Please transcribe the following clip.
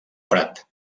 prat